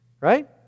Right